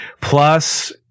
plus